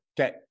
Okay